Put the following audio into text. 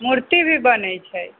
मूर्ति भी बनैत छै